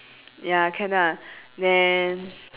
ya can lah then